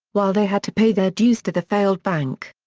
while they had to pay their dues to the failed bank.